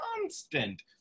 constant